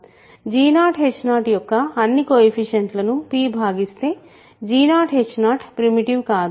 g0h0యొక్క అన్ని కొయెఫిషియంట్ లను p భాగిస్తే g0h0 ప్రిమిటివ్ కాదు